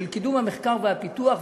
של קידום המחקר והפיתוח,